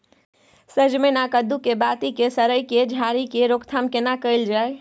सजमैन आ कद्दू के बाती के सईर के झरि के रोकथाम केना कैल जाय?